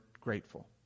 grateful